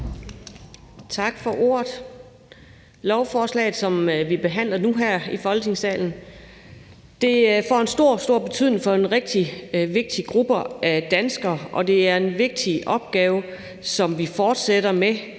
Tak for ordet. Lovforslaget, som vi nu behandler her i Folketingssalen, får en stor, stor betydning for en rigtig vigtig gruppe af danskere, og det er en vigtig opgave, som vi fortsætter med